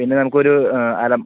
പിന്നെ നമുക്ക് ഒരു അലം